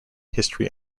history